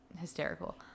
hysterical